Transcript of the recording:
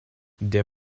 der